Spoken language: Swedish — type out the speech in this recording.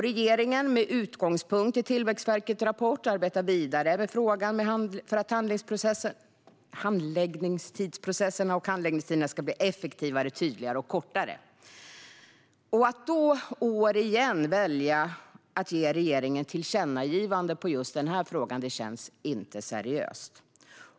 Regeringen arbetar med utgångspunkt i Tillväxtverkets rapport vidare med frågan för att handläggningsprocesserna och handläggningstiderna ska bli effektivare, tydligare och kortare. Att då i år igen välja att ge regeringen tillkännagivanden i just den här frågan känns inte seriöst.